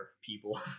people